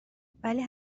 ولی